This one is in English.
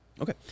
Okay